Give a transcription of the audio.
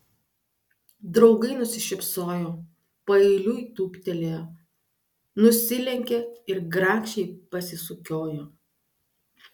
draugai nusišypsojo paeiliui tūptelėjo nusilenkė ir grakščiai pasisukiojo